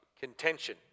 contention